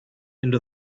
into